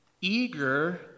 Eager